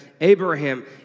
Abraham